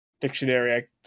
dictionary